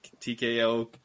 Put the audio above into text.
TKO